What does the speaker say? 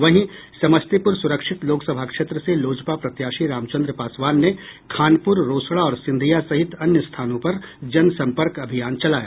वहीं समस्तीपुर सुरक्षित लोकसभा क्षेत्र से लोजपा प्रत्याशी रामचन्द्र पासवान ने खानपुर रोसड़ा और सिंधिया सहित अन्य स्थानों पर जनसंपर्क अभियान चलाया